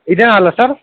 ಇದೇನಲ್ಲ sir